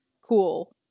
cool